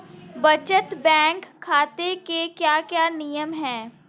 बचत बैंक खाते के क्या क्या नियम हैं?